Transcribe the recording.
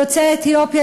יוצאי אתיופיה,